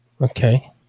Okay